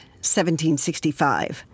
1765